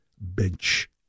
bench